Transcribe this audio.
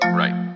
right